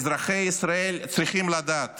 אזרחי ישראל צריכים לדעת